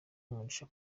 umugisha